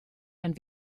ein